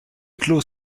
clos